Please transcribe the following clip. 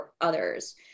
others